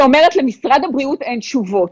שאומרת למשרד הבריאות אין תשובות.